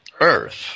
earth